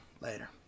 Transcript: later